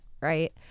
Right